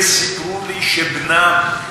וסיפרו לי שבנם,